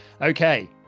Okay